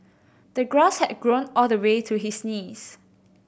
the grass had grown all the way to his knees